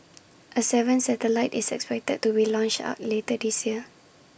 A seventh satellite is expected to relaunch are later this year